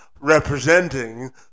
Representing